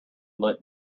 lit